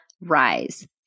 rise